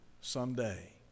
someday